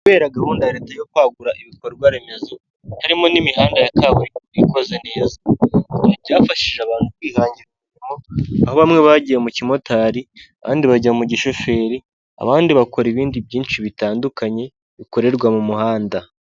Abagore bahagaze mu isoko ryaremye ry'imbuto, imboga, inyanya harimo abagurisha, abagura bahagaze mu muhanda w'igitaka.